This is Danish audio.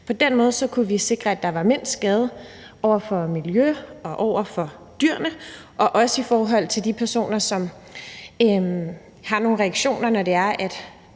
På den måde kunne vi sikre, at det var mindst skadeligt over for miljøet og dyrene og også i forhold til de personer, som har nogle reaktioner, når der